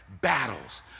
battles